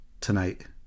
tonight